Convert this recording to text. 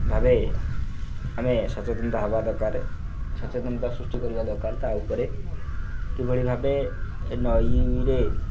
ଭାବେ ଆମେ ସଚେତନତା ହେବା ଦରକାର ସଚେତନତା ସୃଷ୍ଟି କରିବା ଦରକାର ତା'ଉପରେ କିଭଳି ଭାବେ ନଈରେ